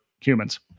humans